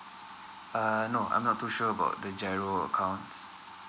uh no I'm not too sure about the G_I_R_O accounts